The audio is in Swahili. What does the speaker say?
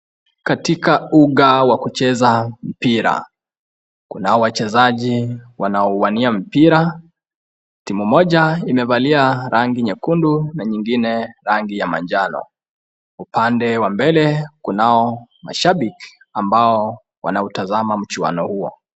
Katika uga wa kucheza mpira kuna wachezaji wanaowania mpira, timu moja imevalia rangi nyekundu na nyingine rangi ya manjano. Upande wa mbele kunao mashabiki ambao wanautazama mchuano huo.